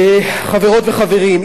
חברות וחברים,